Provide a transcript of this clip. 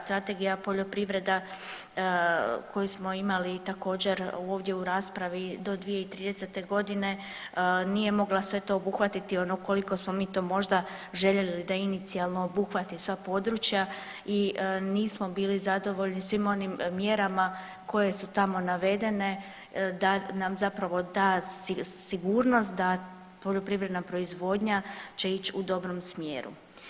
Strategija poljoprivreda koju smo imali također ovdje u raspravi do 2030. godine nije mogla sve to obuhvatiti ono koliko smo to mi to možda željeli da inicijalno obuhvati sva područja i nismo bili zadovoljni svim onim mjerama koje su tamo navedene da nam zapravo da sigurnost da poljoprivredna proizvodnja će ići u dobrom smjeru.